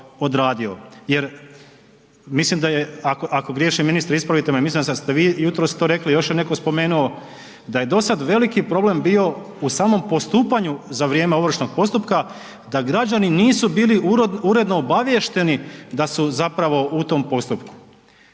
Jer mislim da se, ako griješim ministre, ispravite me, mislim da ste vi jutros to rekli, još je netko spomenuo, da je dosad veliki problem bio, u samom postupanju za vrijeme ovršnog postupka da građani nisu bili uredno obaviješteni da su zapravo u tom postupku.